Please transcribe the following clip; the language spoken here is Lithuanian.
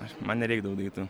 aš man nereik daug daiktų